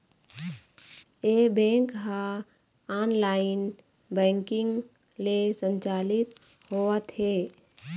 ए bank ह online banking ले संचालित होवत हे